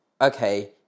okay